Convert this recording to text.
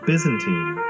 Byzantine